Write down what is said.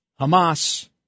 Hamas